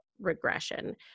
regression